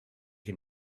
can